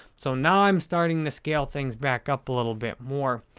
so now i'm starting to scale things back up a little bit more.